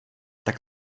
tak